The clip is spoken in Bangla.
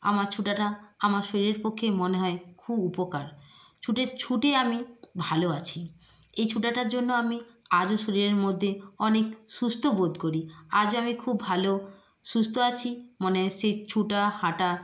আমার ছোটাটা আমার শরীরের পক্ষে মনে হয় খুব উপকার ছুটে ছুটে আমি ভালো আছি এই ছোটাটার জন্য আমি আজও শরীরের মধ্যে অনেক সুস্থ বোধ করি আজ আমি খুব ভালো সুস্থ আছি মানে সেই ছোটা হাঁটা